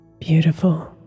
Beautiful